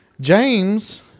James